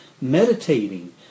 meditating